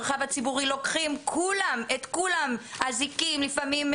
המרחב הציבורי - לוקחים את כולם עם אזיקים ולפעמים,